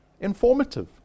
informative